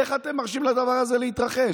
איך אתם מרשים לדבר הזה להתרחש?